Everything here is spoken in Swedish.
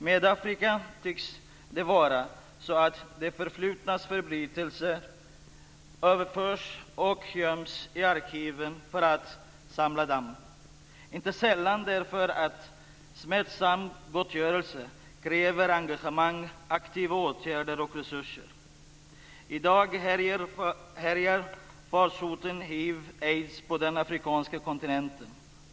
Med Afrika tycks det vara så att det förflutnas förbrytelser överförs och göms i arkiven för att samla damm. Inte sällan därför att smärtsam gottgörelse kräver engagemang, aktiva åtgärder och resurser. I dag härjar farsoterna hiv och aids på den afrikanska kontinenten.